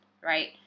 Right